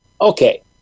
Okay